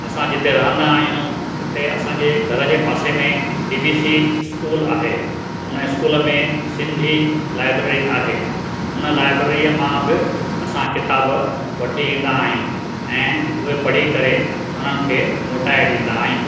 असां जिते रहंदा आहियूं हुते असांजे घर जे पासे में बी बी सी स्कूल आहे हुन स्कूल में सिंधी लाइब्रेरी आहे हुन लाइब्रीअ मां बि असां किताबु वठी ईंदा आहियूं ऐं उहे पढ़ी करे उन्हनि खे मोटाइ ॾींदा आहियूं